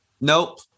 nope